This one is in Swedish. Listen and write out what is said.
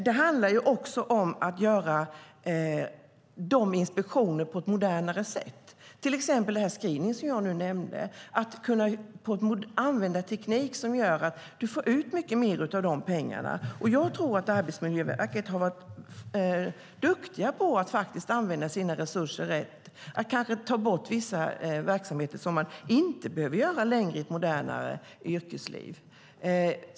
Det handlar också om att göra inspektionerna på ett modernare sätt. Det handlar till exempel om den screening som jag nämnde och att kunna använda teknik som gör att man får ut mycket mer av pengarna. Jag tror att man på Arbetsmiljöverket är duktig på att använda resurserna rätt och kanske ta bort vissa verksamheter som man inte längre behöver i ett modernare yrkesliv.